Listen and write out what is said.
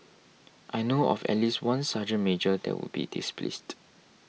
I know of at least one serge major that would be displeased